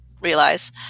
realize